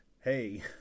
hey